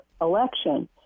election